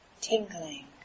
Tingling